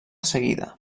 seguida